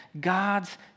God's